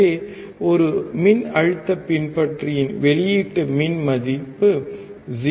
எனவே ஒரு மின்னழுத்த பின்பற்றியின் வெளியீட்டு மின் எதிர்ப்பு 0